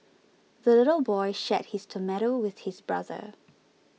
the little boy shared his tomato with his brother